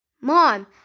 Mom